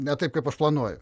ne taip kaip aš planuoju